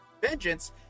vengeance